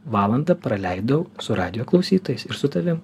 valandą praleidau su radijo klausytojais ir su tavim